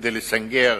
כדי לסנגר